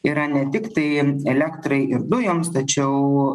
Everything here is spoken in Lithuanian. yra ne tik tai elektrai ir dujoms tačiau